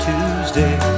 Tuesday